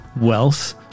wealth